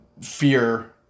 fear